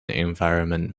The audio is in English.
environment